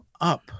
up